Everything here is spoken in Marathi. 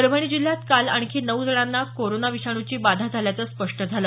परभणी जिल्ह्यात काल आणखी नऊ जणांना कोरोना विषाणूची बाधा झाल्याचं स्पष्ट झालं